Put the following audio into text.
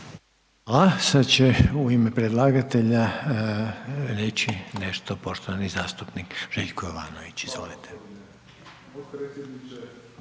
Hvala sada će u ime predlagatelja reći nešto poštovani zastupnik Željko Jovanović, izvolite.